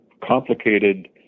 complicated